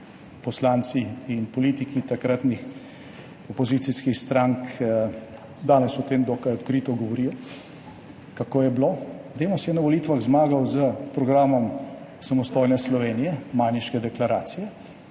poslanci in politiki takratnih opozicijskih strank danes o tem dokaj odkrito govorijo, kako je bilo. Demos je na volitvah zmagal s programom samostojne Slovenije, Majniške deklaracije,